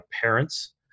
parents